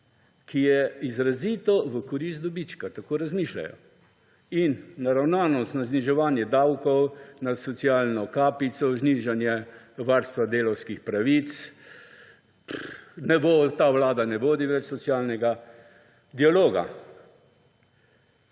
ki je izrazito v korist dobička, tako razmišljajo, in naravnanost na zniževanje davkov, na socialno kapico, znižanje varstva delavskih pravic. Ta vlada ne vodi več socialnega dialoga.